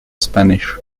spanish